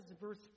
verse